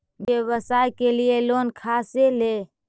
व्यवसाय के लिये लोन खा से ले?